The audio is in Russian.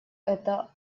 это